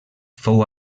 fou